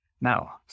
Now